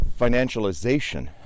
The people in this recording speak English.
financialization